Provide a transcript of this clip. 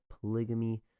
polygamy